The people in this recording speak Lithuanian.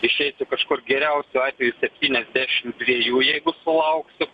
išeisiu kažkur geriausiu atveju septyniasdešim dviejų jeigu sulauksiu